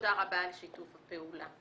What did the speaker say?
תודה רבה על שיתוף הפעולה.